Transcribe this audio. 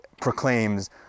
proclaims